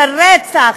של רצח,